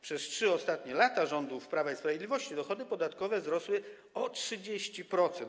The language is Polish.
Przez 3 ostatnie lata rządów Prawa i Sprawiedliwości dochody podatkowe wzrosły o 30%.